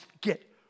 get